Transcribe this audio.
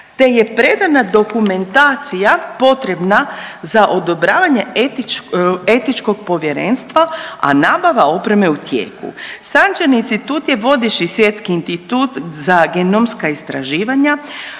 te je predana dokumentacija potrebna za odobravanje Etičkog povjerenstva a nabava opreme je u tijeku. Sanger institut je vodeći svjetski institut za genomska istraživanja,